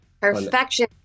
Perfection